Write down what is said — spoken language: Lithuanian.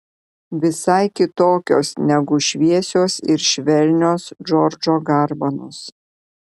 visai kitokios negu šviesios ir švelnios džordžo garbanos